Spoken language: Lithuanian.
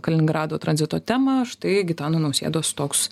kaliningrado tranzito temą štai gitano nausėdos toks